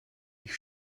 ich